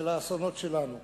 של האסונות שלנו.